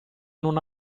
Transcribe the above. non